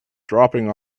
dropping